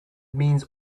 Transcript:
means